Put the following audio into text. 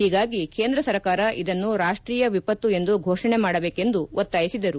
ಹೀಗಾಗಿ ಕೇಂದ್ರ ಸರ್ಕಾರ ಇದನ್ನು ರಾಷ್ಷೀಯ ವಿಪತ್ತು ಎಂದು ಫೋಷಣೆ ಮಾಡಬೇಕೆಂದು ಒತ್ತಾಯಿಸಿದರು